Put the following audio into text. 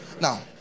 Now